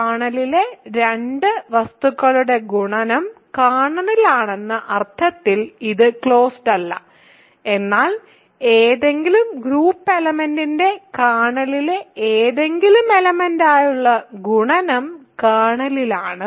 കേർണലിലെ രണ്ട് വസ്തുക്കളുടെ ഗുണനം കേർണലിലാണെന്ന അർത്ഥത്തിൽ ഇത് ക്ലോസ്ഡ് അല്ല എന്നാൽ ഏതെങ്കിലും ഗ്രൂപ്പ് എലെമെന്റിന്റെ കേർണലിലെ ഏതെങ്കിലും എലെമെന്റുമായുള്ള ഗുണനം കേർണലിലാണ്